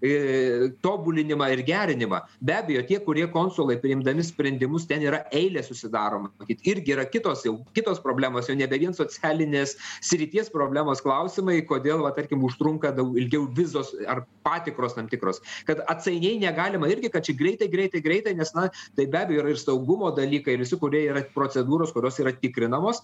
tobulinimą ir gerinimą be abejo tie kurie konsulai priimdami sprendimus ten yra eilės susidaro matyt irgi yra kitos jau kitos problemos jau nebe vien socialinės srities problemos klausimai kodėl va tarkim užtrunka daug ilgiau vizos ar patikros tam tikros kad atsainiai negalima irgi kad čia greitai greitai greitai nes na tai be abejo yra ir saugumo dalykai kurie yra procedūros kurios yra tikrinamos